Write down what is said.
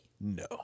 No